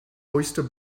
oyster